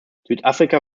südafrika